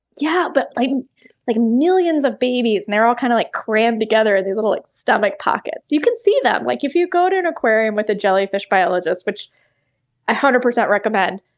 yeah, but like like millions of babies and they're all kind of like crammed together in these little stomach pockets. you can see them! like if you go to an aquarium with a jellyfish biologist, which i one hundred percent recommend,